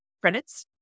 credits